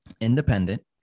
independent